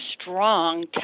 strong